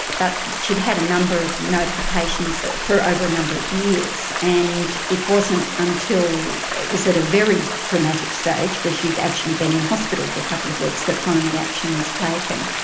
but she'd had a number of notifications for. over a number of years, and it wasn't until it was at a very dramatic stage where she'd actually been in hospital for a couple of weeks that finally action was taken.